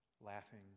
laughing